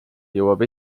jõuab